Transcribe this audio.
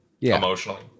Emotionally